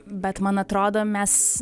bet man atrodo mes